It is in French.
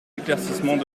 éclaircissements